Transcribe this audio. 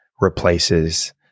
replaces